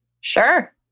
Sure